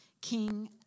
king